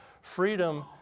Freedom